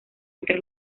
entre